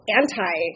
anti